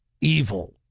evil